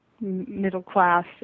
middle-class